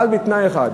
אבל בתנאי אחד,